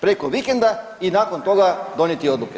Preko vikenda i nakon toga donijeti odluke.